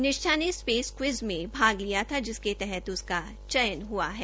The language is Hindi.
निष्ठा ने स्पेस क्विज में भाग लिया था जिसके तहत उसका चयन हआ है